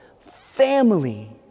family